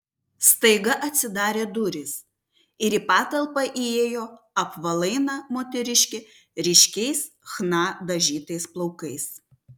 staiga atsidarė durys ir į patalpą įėjo apvalaina moteriškė ryškiais chna dažytais plaukais